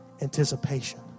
Anticipation